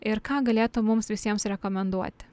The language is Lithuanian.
ir ką galėtum mums visiems rekomenduoti